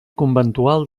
conventual